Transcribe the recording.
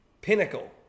pinnacle